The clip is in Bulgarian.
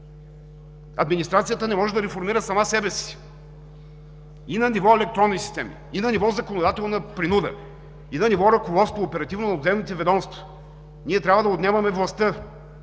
Администрацията не може да реформира сама себе си. И на ниво електронни системи, и на ниво законодателна принуда, и на ниво оперативно ръководство на отделните ведомства ние трябва да отнемаме властта